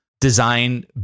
design